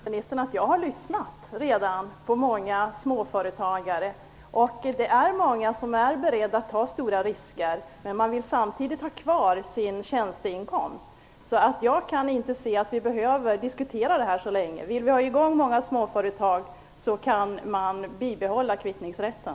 Fru talman! Jag kan meddela näringsministern att jag redan har lyssnat på många småföretagare. Det är många som är beredda att ta stora risker. Men man vill samtidigt ha kvar sin tjänsteinkomst. Jag ser inte att vi behöver diskutera detta så mycket mer. Om vi vill ha i gång många småföretag gör man det genom att bibehålla kvittningsrätten.